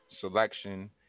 selection